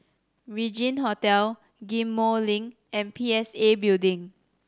Regin Hotel Ghim Moh Link and P S A Building